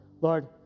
Lord